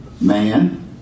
man